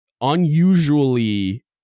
unusually